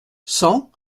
cent